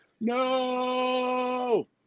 no